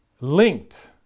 linked